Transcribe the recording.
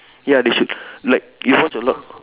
ya they should like you watch a lot